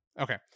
Okay